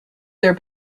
their